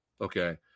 Okay